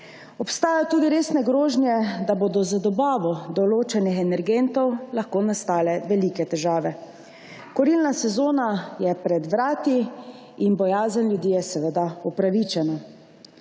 Obstajajo tudi resne grožnje, da bodo z dobavo določenih energentov lahko nastale velike težave. Kurilna sezona je pred vrati in bojazen ljudi je seveda upravičena.